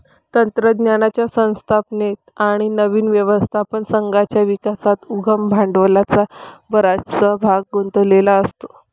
तंत्रज्ञानाच्या स्थापनेत आणि नवीन व्यवस्थापन संघाच्या विकासात उद्यम भांडवलाचा बराचसा भाग गुंतलेला असतो